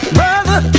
brother